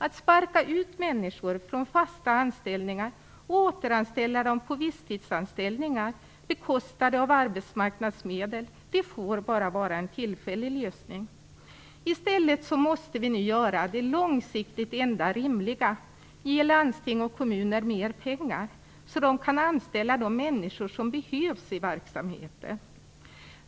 Att sparka ut människor från fasta anställningar och återanställa dem på visstidsanställningar bekostade av arbetsmarknadsmedel får bara vara en tillfällig lösning. I stället måste vi nu göra det långsiktigt enda rimliga: ge landsting och kommuner mer pengar, så de kan anställa de människor som behövs i verksamheten.